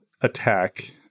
attack